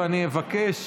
ואני אבקש,